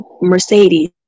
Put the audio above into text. Mercedes